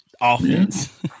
offense